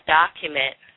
document